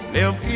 Live